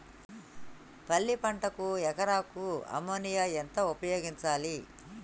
పల్లి పంటకు ఎకరాకు అమోనియా ఎంత ఉపయోగించాలి?